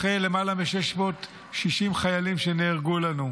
אחרי למעלה מ-660 חיילים שנהרגו לנו,